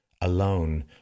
alone